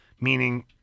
Meaning